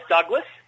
Douglas